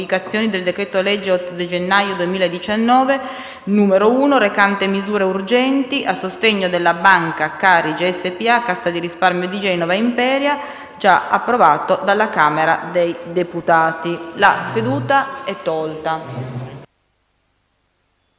La seduta è tolta